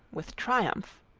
with triumph